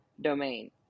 domain